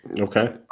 Okay